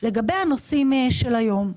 לגבי הנושאים של היום: